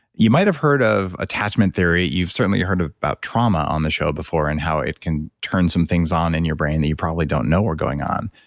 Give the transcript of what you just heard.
you might've heard of attachment theory. you've certainly heard of about trauma on the show before and how it can turn some things on in your brain that you probably don't know were going on,